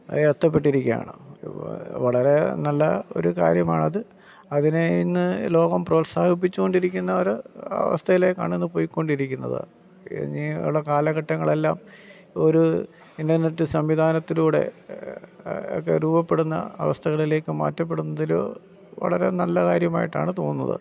എത്തപ്പെട്ടിരിക്കുകയാണ് വളരെ നല്ല ഒരു കാര്യമാണത് അതിനെ ഇന്ന് ലോകം പ്രോത്സാഹിപ്പിച്ചുകൊണ്ടിരിക്കുന്നവർ ആ അവസ്ഥയിലേക്കാണിന്ന് പൊക്കോണ്ടിരിക്കുന്നത് ഇനി ഉള്ള കാലഘട്ടങ്ങളെല്ലാം ഒരു ഇന്റര്നെറ്റ് സംവിധാനത്തിലൂടെ ഒക്കെ രൂപപ്പെടുന്ന അവസ്ഥകളിലേക്ക് മാറ്റപ്പെടുന്നതില് വളരെ നല്ല കാര്യമായിട്ടാണ് തോന്നുന്നത്